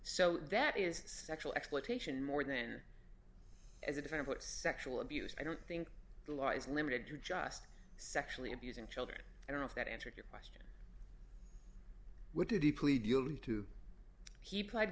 so that is sexual exploitation more then as a different sexual abuse i don't think the law is limited to just sexually abusing children i don't know if that answers your question what did he plead guilty to he pled